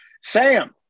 Sam